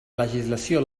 legislació